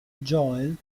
joel